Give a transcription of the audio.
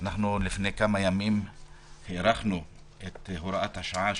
לפני כמה ימים הארכנו את הוראת השעה.